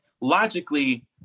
logically